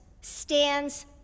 stands